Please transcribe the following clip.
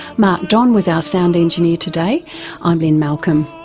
mark don was our sound engineer today i'm lynne malcolm.